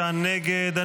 7,